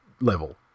level